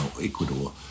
Ecuador